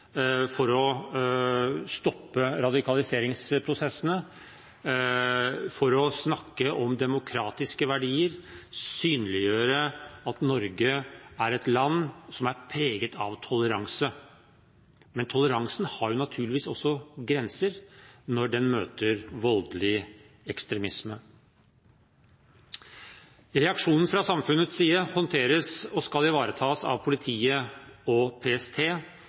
for å stoppe radikaliseringsprosessene, snakke om demokratiske verdier og synliggjøre at Norge er et land som er preget av toleranse. Men toleransen har naturligvis også grenser når den møter voldelig ekstremisme. Reaksjonen fra samfunnets side håndteres og skal ivaretas av politiet og PST, innenfor det lovverket Stortinget vedtar. Jeg vil berømme både politiet og PST